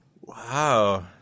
Wow